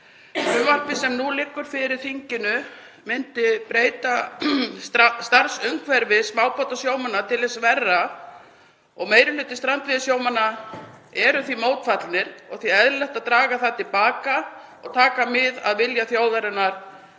Frumvarpið sem nú liggur fyrir þinginu myndi breyta starfsumhverfi smábátasjómanna til hins verra og meiri hluti strandveiðisjómanna er því mótfallinn og því eðlilegt að draga það til baka og taka mið af vilja þjóðarinnar